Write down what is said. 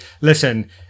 listen